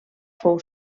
fou